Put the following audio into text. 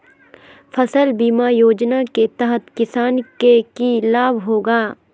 फसल बीमा योजना के तहत किसान के की लाभ होगा?